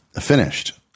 finished